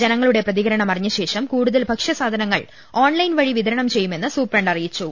ജനങ്ങളുടെ പ്രതികരണം അറിഞ്ഞ ശേഷം കൂടുതൽ ഭക്ഷ്യസാധനങ്ങൾ ഓൺലൈൻ വഴി വിതരണം ചെയ്യുമെന്ന് സൂപ്രണ്ട് അറിയിച്ചു